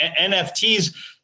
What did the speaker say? NFTs